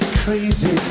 crazy